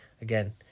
again